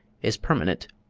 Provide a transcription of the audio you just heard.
is permanent,